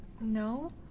No